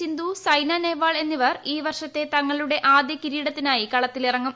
സിന്ധു സൈന നെഹ്വാൾ എന്നിവർ ഈ വർഷ്ട്രത്ത് തങ്ങളുടെ ആദ്യ കിരീടത്തിനായി കളത്തിലിറങ്ങും